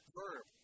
verb